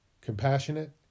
compassionate